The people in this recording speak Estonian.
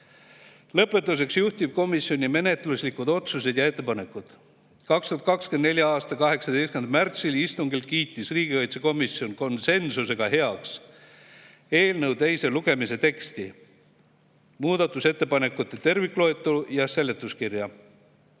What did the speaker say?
Lõpetuseks juhtivkomisjoni menetluslikud otsused ja ettepanekud. 2024. aasta 18. märtsi istungil kiitis riigikaitsekomisjon konsensusega heaks eelnõu teise lugemise teksti, muudatusettepanekute tervikloetelu ja seletuskirja.